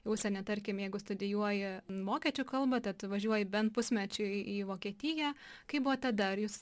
į užsienį tarkim jeigu studijuoji vokiečių kalbą tai tu važiuoji bent pusmečiui į vokietiją kaip buvo tada ar jūs